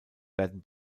werden